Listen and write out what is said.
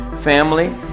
family